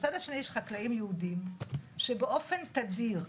בצד השני יש חקלאים יהודים שבאופן תדיר,